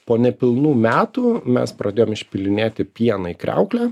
po nepilnų metų mes pradėjom išpilinėti pieną į kriauklę